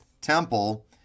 temple